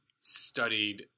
studied